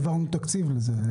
העברנו תקציב לזה.